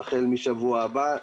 החל משבוע הבא.